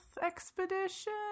expedition